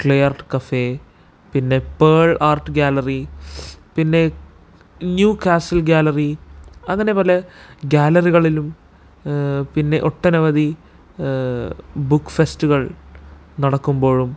clay art cafe പിന്നെ pearl art gallery പിന്നെ new castle gallery അങ്ങനെ പല ഗ്യാലറികളിലും പിന്നെ ഒട്ടനവധി ബുക്ക് ഫെസ്റ്റുകൾ നടക്കുമ്പോഴും